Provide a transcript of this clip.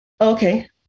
Okay